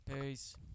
peace